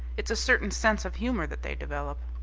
it's a certain sense of humour that they develop.